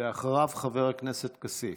ואחריו, חבר הכנסת כסיף.